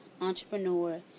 entrepreneur